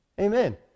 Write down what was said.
Amen